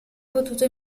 potuto